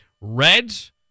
Reds